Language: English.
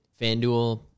Fanduel